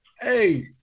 Hey